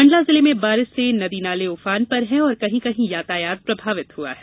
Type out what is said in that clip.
मंडला जिले में बारिश से नदी नाले उफान पर हैं और कहीं कहीं यातायात प्रभावित हुआ है